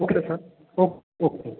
okay तो sir ओ okay